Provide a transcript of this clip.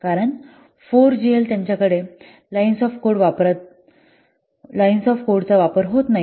काही 4GL त्यांच्याकडे lines of code वापर होत नाही